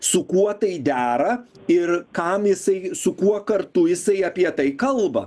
su kuo tai dera ir kam jisai su kuo kartu jisai apie tai kalba